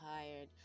tired